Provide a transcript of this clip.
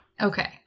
Okay